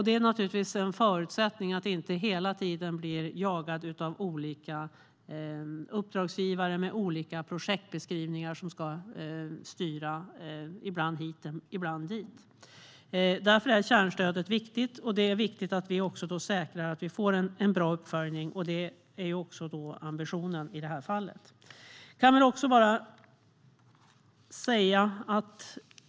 Det är en förutsättning att inte hela tiden bli jagad av olika uppdragsgivare med olika projektbeskrivningar som ska styra ibland hit och ibland dit. Därför är kärnstödet viktigt. Det är också viktigt att vi säkrar att vi får en bra uppföljning. Det är ambitionen i det här fallet.